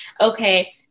okay